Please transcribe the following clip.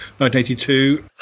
1982